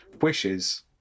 Wishes